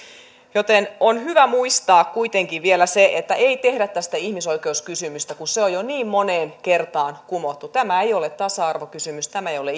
joten on hyvä muistaa kuitenkin vielä se että ei tehdä tästä ihmisoikeuskysymystä kun se on jo niin moneen kertaan kumottu tämä ei ole tasa arvokysymys tämä ei ole